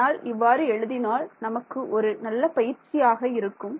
ஆனால் இவ்வாறு எழுதினால் நமக்கு ஒரு நல்ல பயிற்சியாக இருக்கும்